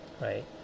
right